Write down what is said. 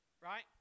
right